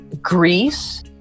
Greece